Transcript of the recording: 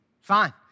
Fine